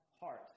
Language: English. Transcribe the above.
heart